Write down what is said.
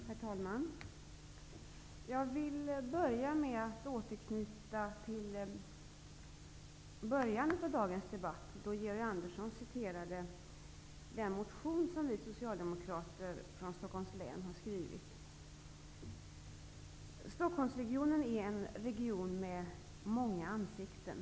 Herr talman! Jag vill börja med att återanknyta till inledningen av dagens debatt, då Georg Andersson citerade den motion som vi socialdemokrater från Stockholm är en region med många ansikten.